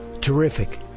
Terrific